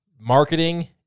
marketing